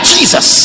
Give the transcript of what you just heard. Jesus